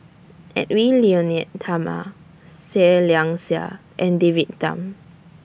Edwy Lyonet Talma Seah Liang Seah and David Tham